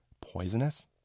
poisonous